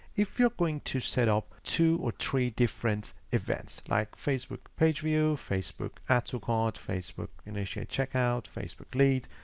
if you're going to set up two or three different events like facebook page view, facebook add to so cart facebook, initiate checkout, facebook lead,